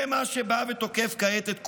זה מה שבא ותוקף כעת את כולנו,